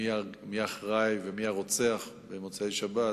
מי האחראי ומי הרוצח במוצאי-שבת,